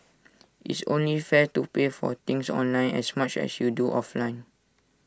it's only fair to pay for things online as much as you do offline